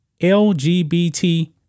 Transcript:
LGBT